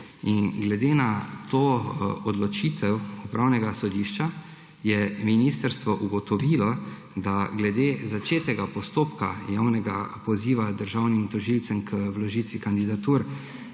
Glede na to odločitev Upravnega sodišča je ministrstvo ugotovilo, da glede začetega postopka javnega poziva državnim tožilcem k vložitvi kandidatur